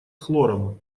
хлором